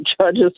judges